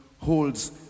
holds